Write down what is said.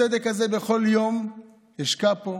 הסדק הזה בכל יום השקה פה,